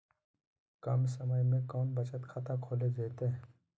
कम समय में कौन बचत खाता खोले जयते?